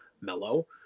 mellow